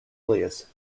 alias